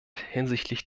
hinsichtlich